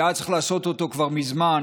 שהיה צריך לעשות אותו כבר מזמן,